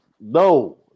No